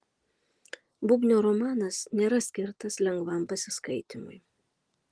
bubnio romanas nėra skirtas lengvam pasiskaitymui